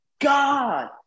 God